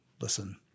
listen